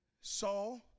Saul